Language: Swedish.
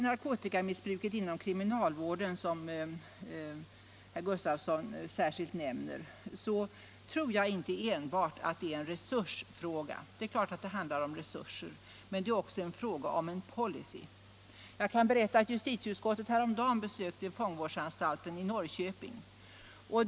Narkotikamissbruket inom kriminalvården, som herr Gustavsson särskilt nämner, tror jag inte enbart är en resursfråga. Det är klart att det handlar om resurser, men det är också en fråga om en policy. Jag kan berätta att justitieutskottet häromdagen besökte fångvårdsanstalten i Norrköping.